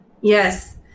Yes